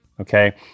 Okay